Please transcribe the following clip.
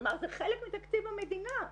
כלומר, זה חלק מתקציב המדינה.